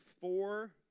four